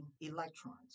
electrons